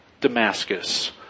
Damascus